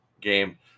game